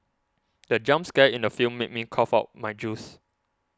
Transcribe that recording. the jump scare in the film made me cough out my juice